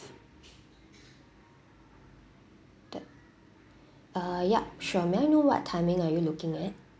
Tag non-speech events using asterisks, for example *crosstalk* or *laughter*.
that *breath* uh yup sure may I know what timing are you looking at